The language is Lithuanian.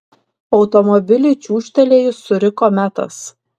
automobiliui čiūžtelėjus suriko metas